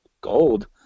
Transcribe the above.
gold